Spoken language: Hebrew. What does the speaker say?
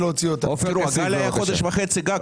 מדובר בחודש וחצי גג.